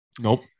Nope